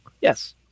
Yes